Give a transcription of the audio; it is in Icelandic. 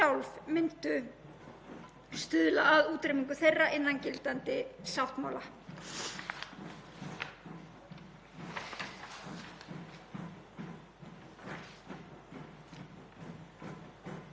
Líkt og ég sagði hér áðan er ekkert kjarnorkuveldi aðili að samningnum og heldur ekkert NATO-ríki en